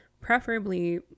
preferably